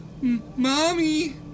Mommy